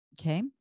Okay